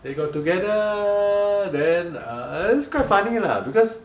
they got together then err it's quite funny lah because